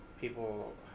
People